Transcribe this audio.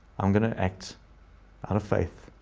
i'm going to act out of faith,